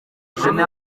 jeune